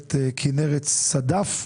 הגברת כנרת צדף.